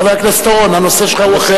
חבר הכנסת אורון, הנושא שלך הוא אחר.